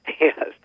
Yes